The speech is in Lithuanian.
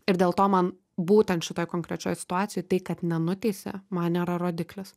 ir dėl to man būtent šitoj konkrečioj situacijoj tai kad nenuteisė man nėra rodiklis